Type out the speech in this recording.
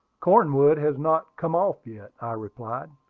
cornwood has not come off yet, i replied.